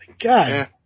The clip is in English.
God